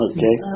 Okay